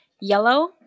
yellow